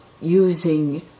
using